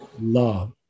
love